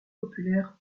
populaire